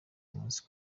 umunsi